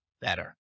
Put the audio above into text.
better